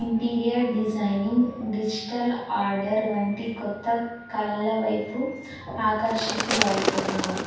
interior designing digital order వంటి క్రొత్త కళల వైపు ఆకర్షితులు అవుతున్నారు